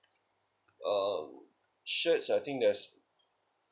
um shirts I think there's